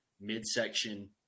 midsection